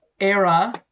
era